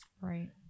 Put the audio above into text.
Right